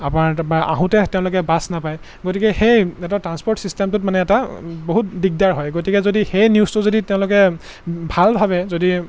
বা আহোঁতে তেওঁলোকে বাছ নাপায় গতিকে সেই এটা ট্ৰাঞ্চপৰ্ট ছিষ্টেমটোত মানে এটা বহুত দিগদাৰ হয় গতিকে যদি সেই নিউজটো যদি তেওঁলোকে ভালভাৱে যদি